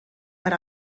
per